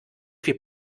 viel